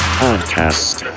podcast